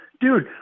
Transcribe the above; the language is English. Dude